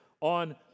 on